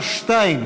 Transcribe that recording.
מס' 2),